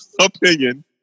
opinion